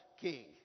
King